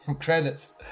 credits